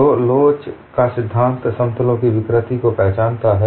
तो लोच का सिद्धांत समतलों की विकृति को पहचानता है